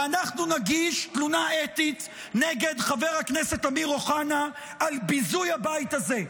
ואנחנו נגיש תלונה אתית נגד חבר הכנסת אמיר אוחנה על ביזוי הבית הזה,